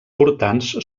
portants